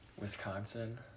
Wisconsin